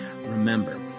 Remember